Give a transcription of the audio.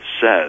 says